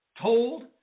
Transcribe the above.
told